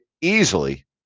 easily